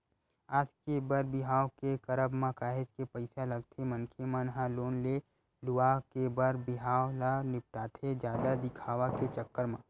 आज के बर बिहाव के करब म काहेच के पइसा लगथे मनखे मन ह लोन ले लुवा के बर बिहाव ल निपटाथे जादा दिखावा के चक्कर म